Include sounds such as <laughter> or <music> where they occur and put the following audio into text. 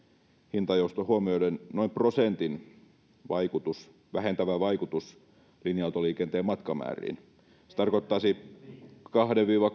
hintajousto huomioiden noin prosentin vähentävä vaikutus linja autoliikenteen matkamääriin se tarkoittaisi kaksi viiva <unintelligible>